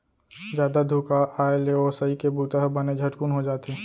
जादा धुका आए ले ओसई के बूता ह बने झटकुन हो जाथे